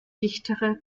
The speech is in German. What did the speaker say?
dichtere